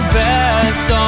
best